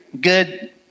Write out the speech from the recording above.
good